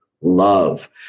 love